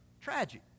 Tragic